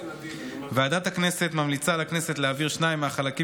ועדת הכנסת ממליצה לכנסת להעביר שניים מהחלקים